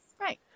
Right